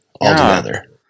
altogether